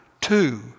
two